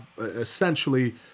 essentially